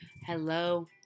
hello